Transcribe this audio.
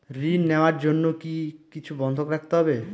ঋণ নেওয়ার জন্য কি কিছু বন্ধক রাখতে হবে?